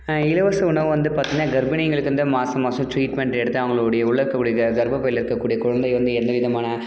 இலவச உணவு வந்து பார்த்திங்கன்னா கர்ப்பிணிகளுக்கு இந்த மாச மாசம் ட்ரீட்மெண்ட் எடுத்து அவங்களுடைய உள்ளே இருக்கக்கூடிய க கர்பப்பையில் இருக்கக்கூடிய குழந்தை வந்து எந்தவிதமான